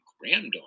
granddaughter